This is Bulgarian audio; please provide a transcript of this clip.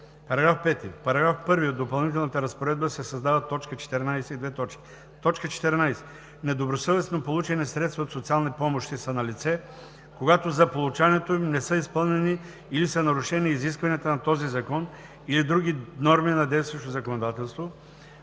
§ 5: „§ 5. В § 1 от допълнителната разпоредба се създава т. 14: „14. „Недобросъвестно получени средства от социални помощи“ са налице, когато за получаването им не са изпълнени или са нарушени изискванията на този закон или други норми на действащото законодателство,